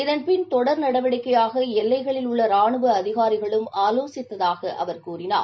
இதன் பின் தொடர் நடவடிக்கையாக எல்லைகளில் உள்ள ரானுவ அதிகாரிகளும் ஆலோசித்ததாக அவர் கூறினார்